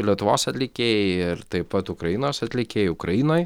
ir lietuvos atlikėjai ir taip pat ukrainos atlikėjai ukrainoj